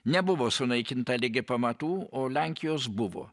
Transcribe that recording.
nebuvo sunaikinta ligi pamatų o lenkijos buvo